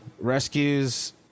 Rescues